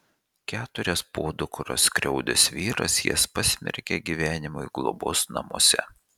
keturias podukras skriaudęs vyras jas pasmerkė gyvenimui globos namuose